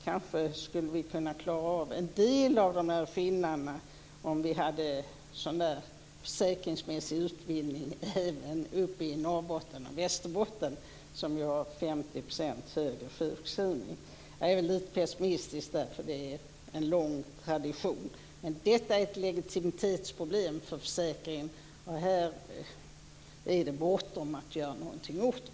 Kanske skulle vi kunna klara av en del av dessa skillnader om vi hade en försäkringsmässig utbildning även uppe i Norrbotten och Västerbotten, där man ju har 50 % högre sjukskrivning. Jag är lite pessimistisk, eftersom det är en lång tradition. Men detta är ett legitimitetsproblem för försäkringen, och det är bortom att man kan göra någonting åt det.